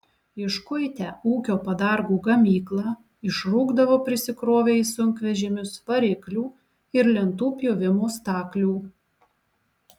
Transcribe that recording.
iškuitę ūkio padargų gamyklą išrūkdavo prisikrovę į sunkvežimius variklių ir lentų pjovimo staklių